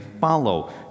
follow